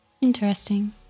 Interesting